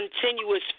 continuous